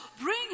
bring